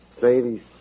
Sadie